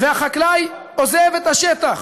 והחקלאי עוזב את השטח.